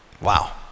Wow